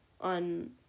on